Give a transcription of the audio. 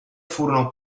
furono